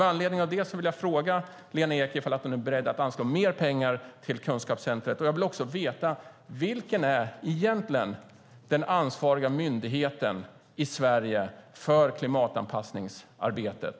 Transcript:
Med anledning av det vill jag fråga Lena Ek om hon är beredd att anslå mer pengar till kunskapscentrumet. Jag vill också veta: Vilken är den ansvariga myndigheten i Sverige för klimatanpassningsarbetet?